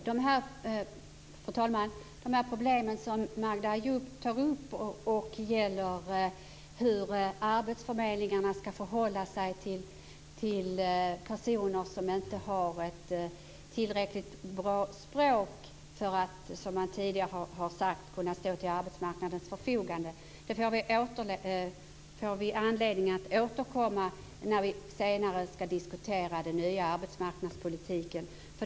Fru talman! Problemet som Magda Ayoub tar upp gäller hur arbetsförmedlingarna ska förhålla sig till personer som inte har ett tillräckligt bra språk för att kunna stå till arbetsmarknadens förfogande. Vi får anledning att återkomma till problemet när vi senare ska diskutera den nya arbetsmarknadspolitiken.